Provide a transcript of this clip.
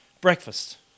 breakfast